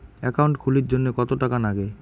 Account খুলির জন্যে কত টাকা নাগে?